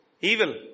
Evil